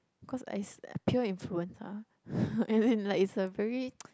cause I s~ peer influence ah as in like it's a very